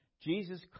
Jesus